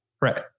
Right